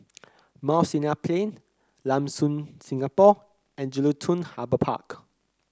Mount Sinai Plain Lam Soon Singapore and Jelutung Harbour Park